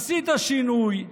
עשית שינוי,